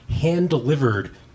hand-delivered